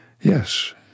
Yes